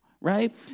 right